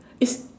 is